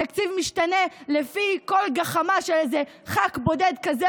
התקציב משתנה לפי כל גחמה של איזה ח"כ בודד כזה